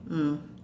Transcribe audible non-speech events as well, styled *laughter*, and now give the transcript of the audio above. mm *breath*